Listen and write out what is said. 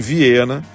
Viena